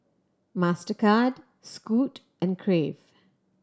Mastercard Scoot and Crave